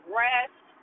rest